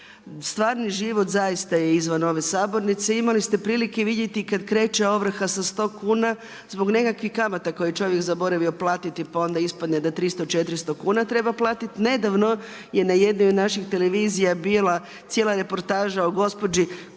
Stvarni život zaista je izvan ove Sabornice. I imali ste prilike vidjeti kad kreće ovrha sa 100 kuna zbog nekakvih kamata koje je čovjek zaboravio platiti, pa onda ispadne da 300, 400 kuna treba platiti. Nedavno je na jednoj od naših televizija bila cijela reportaža o gospođi